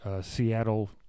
Seattle